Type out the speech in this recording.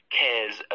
cares